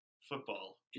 football